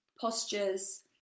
postures